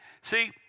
See